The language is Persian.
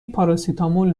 پاراسیتامول